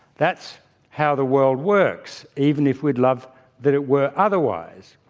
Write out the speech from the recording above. that's how the world works, even if we'd love that it were otherwise.